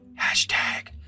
Hashtag